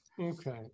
Okay